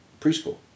preschool